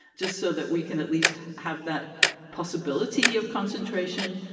just so that we can at least have that possibility of concentration.